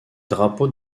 drapeaux